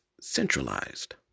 centralized